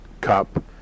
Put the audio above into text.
cup